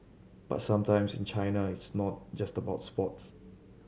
but sometimes in China it's not just about sports